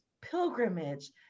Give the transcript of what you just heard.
pilgrimage